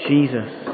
Jesus